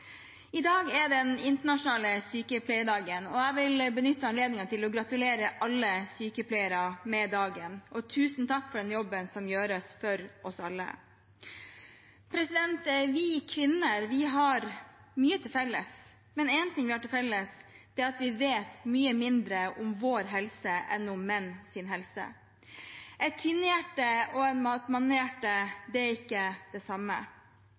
I dag er den internasjonale sykepleierdagen. Jeg vil benytte anledningen til å gratulere alle sykepleiere med dagen og si tusen takk for den jobben som gjøres for oss alle. Vi kvinner har mye til felles, men én ting vi har til felles, er at vi vet mye mindre om vår helse enn om menns helse. Et kvinnehjerte og et mannehjerte er ikke det samme, men det er ikke mange tiår siden man tenkte at man hadde samme